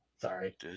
sorry